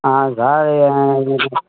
ஆ sir